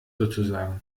sozusagen